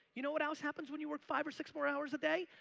you know what else happens when you were five or six more hours a day?